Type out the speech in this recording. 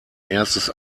erstes